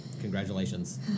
congratulations